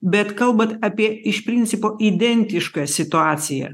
bet kalbat apie iš principo identišką situaciją